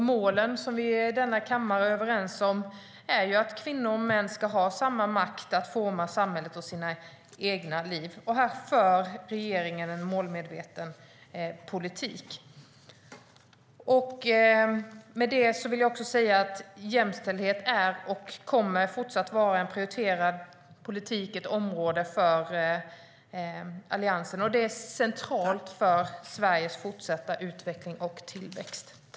Målen som vi i denna kammare är överens om är att kvinnor och män ska ha samma makt att forma samhället och sina egna liv. Här för regeringen en målmedveten politik. Jämställdhet är och kommer fortsatt att vara ett prioriterat politikområde för Alliansen. Det är centralt för Sveriges fortsatta utveckling och tillväxt.